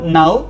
now